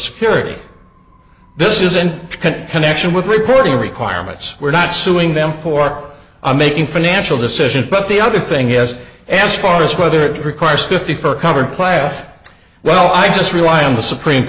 spirit this is in connection with reporting requirements we're not suing them for i'm making financial decisions but the other thing is as far as whether it requires fifty four cover class well i just rely on the supreme